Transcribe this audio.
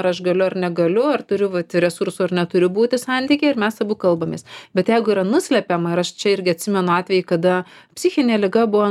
ar aš galiu ar negaliu ar turiu vat resursų ar neturiu būti santyky ir mes abu kalbamės bet jeigu yra nuslepiama ir aš čia irgi atsimenu atvejį kada psichinė liga buvo